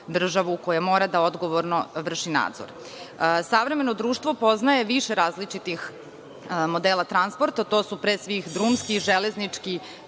koja mora da odgovorno vrši nadzor. Savremeno društvo poznaje više različitih modela transporta. To su pre svih, drumski, železnički,